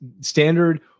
Standard